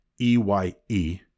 E-Y-E